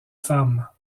femmes